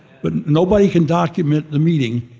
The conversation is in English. but nobody can document the meeting,